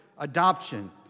adoption